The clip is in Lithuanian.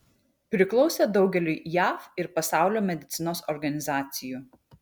priklausė daugeliui jav ir pasaulio medicinos organizacijų